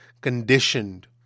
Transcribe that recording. conditioned